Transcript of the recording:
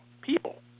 people